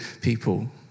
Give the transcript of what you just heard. people